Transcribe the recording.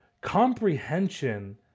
comprehension